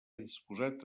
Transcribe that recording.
disposat